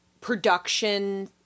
production